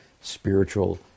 spiritual